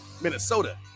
Minnesota